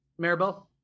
Maribel